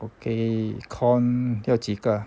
okay corn 要几个